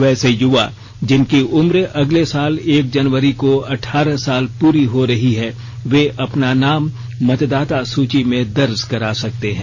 वैसे युवा जिनकी उम्र अगले साल एक जनवरी को अठारह साल पूरी हो रही है वे अपना नाम मतदाता सूची में दर्ज करा सकते हैं